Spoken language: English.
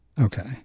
Okay